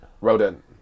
Rodent